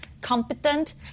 competent